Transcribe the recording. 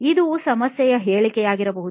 ಇದು ಸಮಸ್ಯೆಯ ಹೇಳಿಕೆಯಾಗಿರಬಹುದು